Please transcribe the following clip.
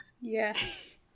Yes